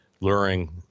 luring